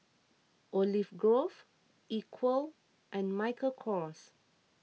Olive Grove Equal and Michael Kors